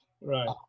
Right